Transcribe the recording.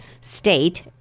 state